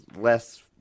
less